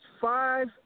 five